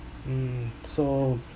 mm so